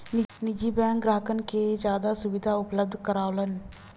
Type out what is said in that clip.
निजी बैंक ग्राहकन के जादा सुविधा उपलब्ध करावलन